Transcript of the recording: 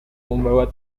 membawa